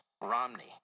Romney